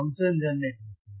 function generator से